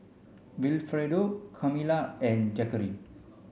Wilfredo Carmela and Zackery